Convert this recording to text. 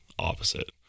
opposite